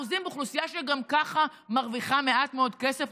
באוכלוסייה שגם ככה מרוויחה מעט מאוד כסף.